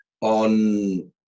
on